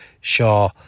Shaw